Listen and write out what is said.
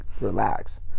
relax